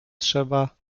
trzeba